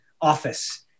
office